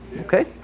okay